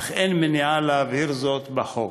אך אין מניעה להבהיר זאת בחוק.